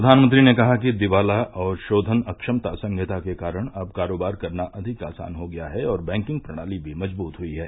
प्रधानमंत्री ने कहा कि दीवाला और शोधन अक्षमता संहिता के कारण अब कारोबार करना अधिक आसान हो गया है और बैंकिंग प्रणाली भी मजबूत हुई है